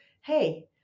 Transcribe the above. Hey